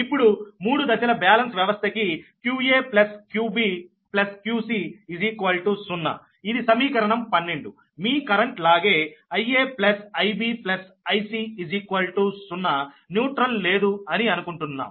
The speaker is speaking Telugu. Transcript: ఇప్పుడు మూడు దశల బ్యాలెన్స్ వ్యవస్థ కి qaqbqc0ఇది సమీకరణం 12 మీ కరెంట్ లాగే IaIbIc0న్యూట్రల్ లేదు అని అనుకుంటున్నాం